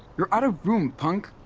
you're out of room, punk.